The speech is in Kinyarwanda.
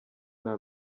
nta